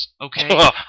okay